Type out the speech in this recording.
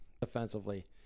defensively